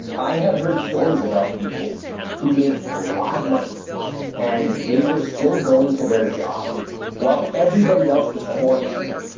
i have heard stories about people who make a lot of money and they were still going to their job while everybody else was quarantined.